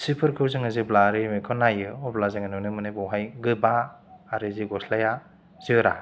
सिफोरखौ जोङो जेब्ला रिमिननायखौ नायो अब्ला जोङो नुनो मोनो बहाय गोबा आरो जि गस्लाया जोरा